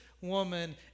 woman